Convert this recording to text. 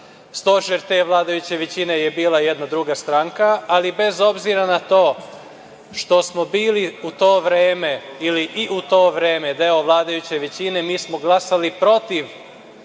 Stožer te vladajuće većine je bila jedna druga stranka, ali bez obzira na to što smo bili u to vreme, tj. i u to vreme deo vladajuće većine, mi smo glasali protiv